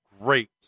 great